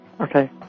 Okay